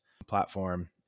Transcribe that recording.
Platform